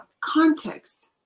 context